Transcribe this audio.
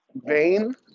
vein